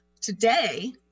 today